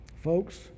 Folks